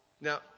Now